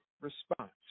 response